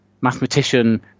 mathematician